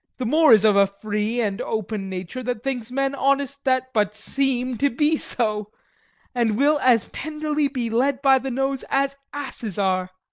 the moor is of a free and open nature, that thinks men honest that but seem to be so and will as tenderly be led by the nose as asses are.